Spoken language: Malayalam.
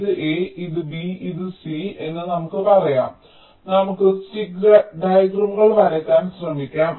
ഇത് എ ഇത് ബി ഇത് സി എന്ന് നമുക്ക് പറയാം നമുക്ക് സ്റ്റിക്ക് ഡയഗ്രമുകൾ വരയ്ക്കാൻ ശ്രമിക്കാം